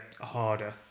harder